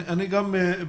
אני אומר בכלליות.